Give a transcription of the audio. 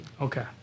Okay